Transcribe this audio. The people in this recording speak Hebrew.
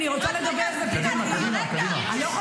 אני רוצה לדבר ופתאום מפריעים לי.